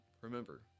Remember